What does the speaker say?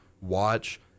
watch